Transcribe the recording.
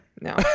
no